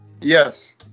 Yes